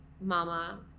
mama